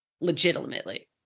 Legitimately